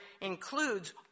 includes